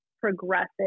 progressive